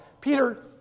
Peter